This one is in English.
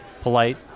polite